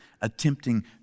attempting